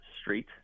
Street